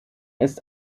ist